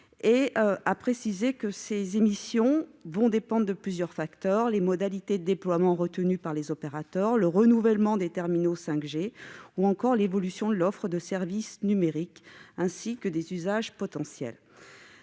précisé que ces émissions dépendraient de plusieurs facteurs : modalités de déploiement retenues par les opérateurs, renouvellement des terminaux de 5G ou encore évolution de l'offre de services numériques et de leurs usages potentiels.